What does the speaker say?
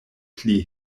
pli